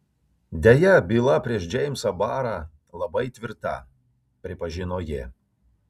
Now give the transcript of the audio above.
deja byla prieš džeimsą barą labai tvirta pripažino ji